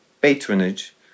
patronage